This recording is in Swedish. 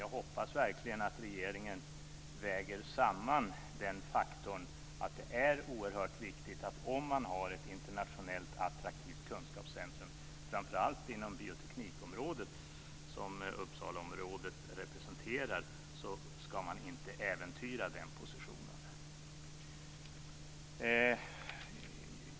Jag hoppas verkligen att regeringen väger in den faktorn att det är oerhört viktigt att man inte äventyrar kunskapscentrumets position om man har ett internationellt attraktivt kunskapscentrum, framför allt inom bioteknikområdet, som Uppsalaområdet har.